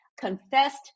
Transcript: confessed